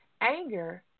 Anger